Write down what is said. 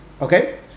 Okay